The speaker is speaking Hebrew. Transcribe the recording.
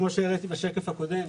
כמו שהראיתי בשקף הקודם,